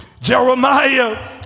jeremiah